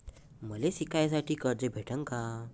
मले शिकासाठी कर्ज भेटन का?